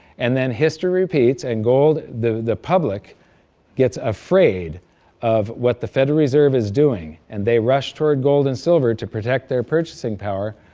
and then history repeats and gold the the public gets afraid of what the federal reserve is doing, and they rush toward gold and silver to protect their purchasing power,